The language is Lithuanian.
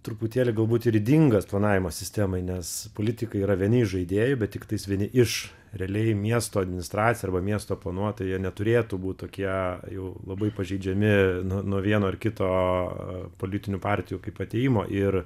truputėlį galbūt ir ydingas planavimo sistemai nes politikai yra vieni iš žaidėjų bet tiktais vieni iš realiai miesto administracija arba miesto planuotojai jie neturėtų būti tokie jau labai pažeidžiami nuo vieno ar kito politinių partijų kaip atėjimo ir